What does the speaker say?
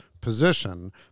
position